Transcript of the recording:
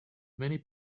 many